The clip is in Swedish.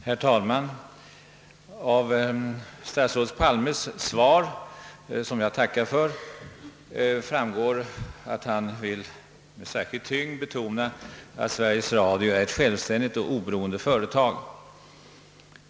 Herr talman! Av statsrådet Palmes svar — som jag tackar för — framgår att han med särskild tyngd vill betona att Sveriges Radio är ett självständigt och oberoende företag.